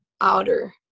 outer